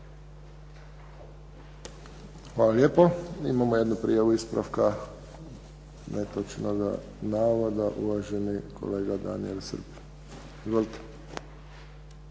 Hvala lijepo. Imamo jednu prijavu ispravka netočnoga navoda, uvaženi kolega Danijel Srb. Izvolite.